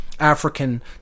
African